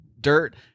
dirt